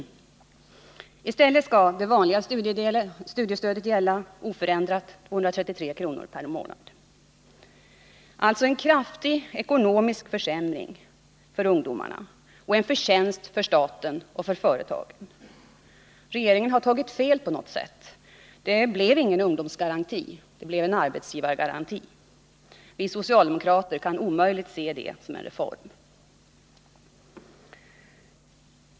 I stället skall det vanliga studiestödet gälla — oförändrat 233 kr. per månad. Det blir alltså en kraftig ekonomisk försämring för ungdomarna och en förtjänst för staten och för företagen. Regeringen har tagit fel på något sätt. Det blev ingen ungdomsgaranti. Det blev en arbetsgivargaranti. Vi socialdemokrater kan omöjligt se det som en reform.